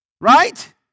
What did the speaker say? Right